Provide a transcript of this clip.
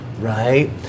right